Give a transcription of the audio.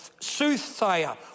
soothsayer